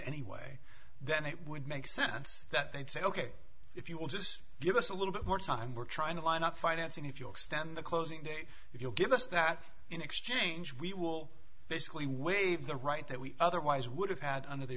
anyway then it would make sense that they'd say ok if you will just give us a little bit more time we're trying to line up financing if you extend the closing date if you'll give us that in exchange we will basically waive the right that we otherwise would have had under the